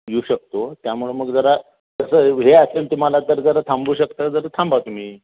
येऊ शकतो त्यामुळं मग जरा तसं हे असेल तुम्हाला तर जरा थांबू शकता तर थांबा तुम्ही